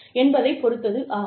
என்பதைப் பொறுத்தது ஆகும்